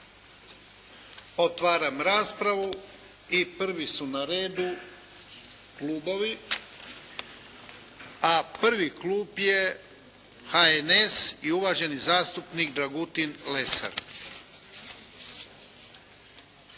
Otvaram raspravu. I prvi su na redu klubovi. A prvi klub je HNS i uvaženi zastupnik Dragutin Lesar.